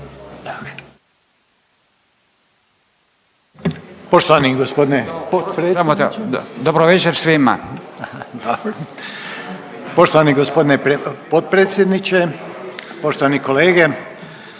Hvala gospodine potpredsjedniče. Poštovane kolegice